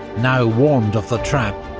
now warned of the trap,